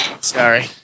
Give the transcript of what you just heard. Sorry